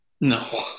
No